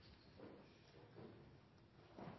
to